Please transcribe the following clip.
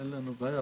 אין לנו בעיה,